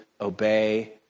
obey